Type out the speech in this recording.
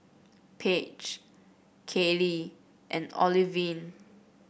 Paige Caylee and Olivine